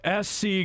SC